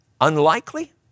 unlikely